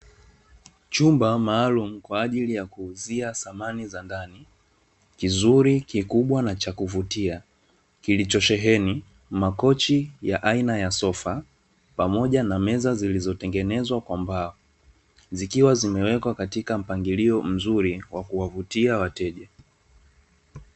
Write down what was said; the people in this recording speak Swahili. Chumba maalumu kwa ajili ya kuuzia samani za ndani, kizuri, kikubwa, na cha kuvutia kilichosheheni makochi ya aina ya sofa pamoja na meza zilizotengenezwa kwa mbao, zikiwa zimewekwa katika mpangilio mzuri wa kuwavutia wateja.